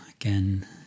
Again